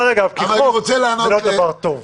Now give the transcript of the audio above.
עניין של טוב ולא טוב זה עניין של טעם וריח.